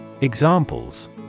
Examples